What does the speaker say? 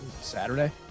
Saturday